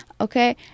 okay